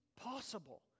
possible